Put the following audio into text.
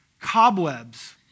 Cobwebs